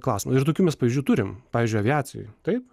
klausimų ir tokių mes pavyzdžių turim pavyzdžiui aviacijoj taip